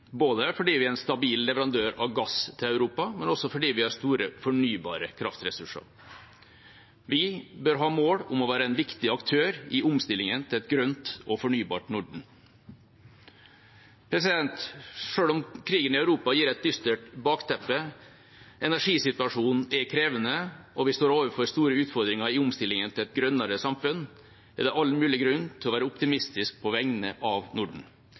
både fordi vi er en stabil leverandør av gass til Europa, og også fordi vi har store fornybare kraftressurser. Vi bør ha mål om å være en viktig aktør i omstillingen til et grønt og fornybart Norden. Selv om krigen i Europa gir et dystert bakteppe, energisituasjonen er krevende og vi står overfor store utfordringer i omstillingen til et grønnere samfunn, er det all mulig grunn til å være optimistisk på vegne av Norden.